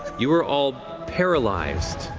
you are all paralyzed